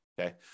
okay